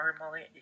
normally